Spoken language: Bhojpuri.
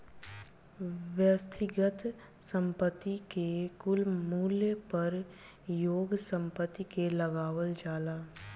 व्यक्तिगत संपत्ति के कुल मूल्य पर एगो संपत्ति के लगावल जाला